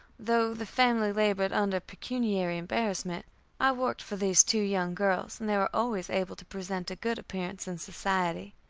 though the family labored under pecuniary embarrassment i worked for these two young girls, and they were always able to present a good appearance in society.